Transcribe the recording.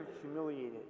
humiliated